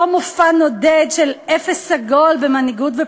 מופע נודד של פחדנות ואפס עגול במנהיגות.